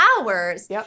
hours